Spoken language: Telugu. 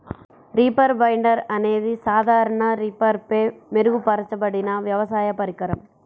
రీపర్ బైండర్ అనేది సాధారణ రీపర్పై మెరుగుపరచబడిన వ్యవసాయ పరికరం